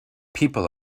people